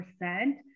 percent